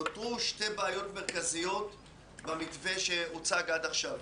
נותרו שתי בעיות מרכזיות במתווה שהוצג עד עכשיו.